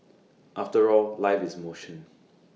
after all life is motion